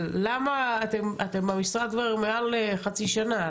אבל אתם במשרד כבר למעלה מחצי שנה,